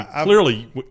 Clearly